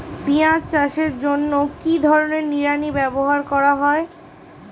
পিঁয়াজ চাষের জন্য কি ধরনের নিড়ানি ব্যবহার করা হয়?